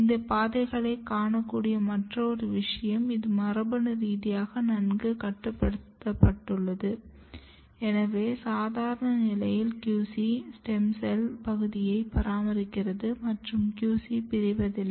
இந்த பாதைகளில் காணக்கூடிய மற்றொரு விஷயம் இது மரபணு ரீதியாக நன்கு கட்டுப்படுத்தப்பட்டுள்ளது எனவே சாதாரண நிலையில் QC ஸ்டெம் செல் பகுதியை பராமரிக்கிறது மற்றும் QC பிரிவதில்லை